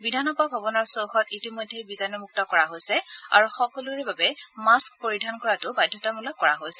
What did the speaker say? বিধানসভা ভৱনৰ চৌহদ ইতিমধ্যে বিজাণুমুক্ত কৰা হৈছে আৰু সকলোৰে বাবে মাস্ক পৰিধান কৰাটো বাধ্যতামূলক কৰা হৈছে